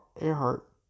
Earhart